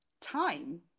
time